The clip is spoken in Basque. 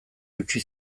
eutsi